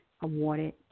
awarded